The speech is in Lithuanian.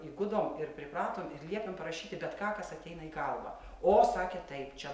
įgudom ir pripratom ir liepiam parašyti bet ką kas ateina į galvą o sakė taip čia